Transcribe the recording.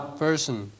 person